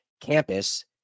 campus